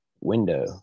window